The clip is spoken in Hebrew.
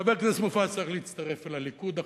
חבר הכנסת מופז צריך להצטרף אל הליכוד עכשיו,